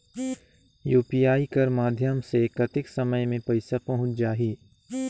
UPI कर माध्यम से कतेक समय मे पइसा पहुंच जाहि?